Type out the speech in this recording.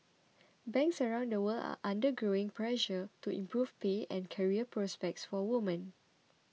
banks around the world are under growing pressure to improve pay and career prospects for women